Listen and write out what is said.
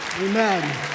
amen